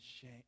shame